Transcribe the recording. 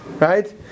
right